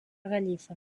gallifa